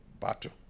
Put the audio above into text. battle